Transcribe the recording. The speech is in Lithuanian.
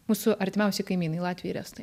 mūsų artimiausi kaimynai latviai ir estai